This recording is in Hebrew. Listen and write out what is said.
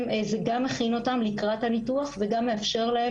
זה גם מכין אותם לקראת הניתוח וגם מאפשר להם